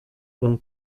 hong